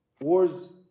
Wars